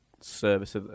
service